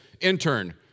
intern